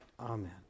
Amen